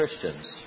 Christians